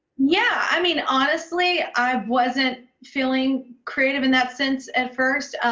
yeah. i mean, honestly, i wasn't feeling creative in that sense, at first,